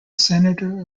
senator